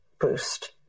boost